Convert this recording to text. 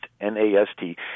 N-A-S-T